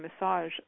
massage